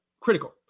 critical